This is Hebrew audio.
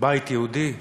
בית יהודי,